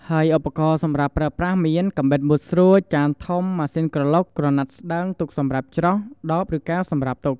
ហើយឧបករណ៍សម្រាប់ប្រើប្រាស់មាន កាំបិតមុតស្រួច ចានធំ ម៉ាស៊ីនក្រឡុក ក្រណាត់ស្តើង ទុកសម្រាប់ច្រោះ ដប ឬកែវសម្រាប់ទុក។